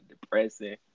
depressing